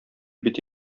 бит